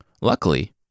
Luckily